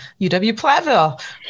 UW-Platteville